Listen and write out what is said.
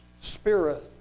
spirit